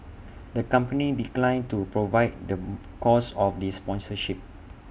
the company declined to provide the cost of these sponsorship